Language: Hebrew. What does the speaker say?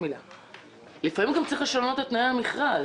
להכיל --- לפעמים צריך לשנות את תנאי המכרז.